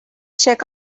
check